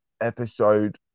episode